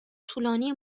طولانی